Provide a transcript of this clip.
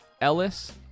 Ellis